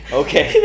okay